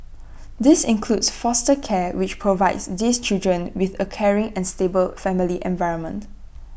this includes foster care which provides these children with A caring and stable family environment